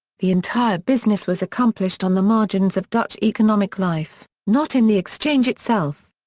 the entire business was accomplished on the margins of dutch economic life, not in the exchange itself.